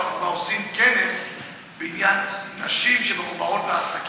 אנחנו עושים כנס בעניין נשים שמחוברות לעסקים.